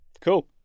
Cool